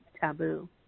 taboo